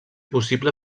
possible